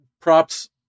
props